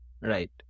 Right